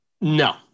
No